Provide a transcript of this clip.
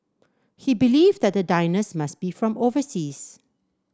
he believed that the diners must be from overseas